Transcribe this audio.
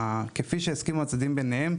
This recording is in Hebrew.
כפי שהסכימו הצדדים ביניהם,